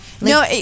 No